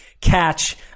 catch